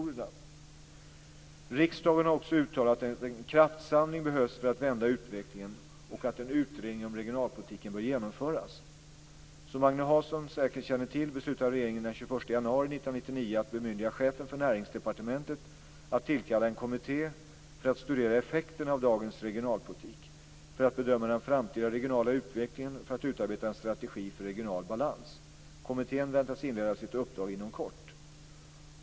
Riksdagen har också uttalat att en kraftsamling behövs för att vända utvecklingen och att en utredning om regionalpolitiken bör genomföras. Som Agne Hansson säkert känner till beslutade regeringen den 21 januari 1999 att bemyndiga chefen för Näringsdepartementet att tillkalla en kommitté för att studera effekterna av dagens regionalpolitik, för att bedöma den framtida regionala utvecklingen och för att utarbeta en strategi för regional balans. Kommittén väntas inleda sitt uppdrag inom kort.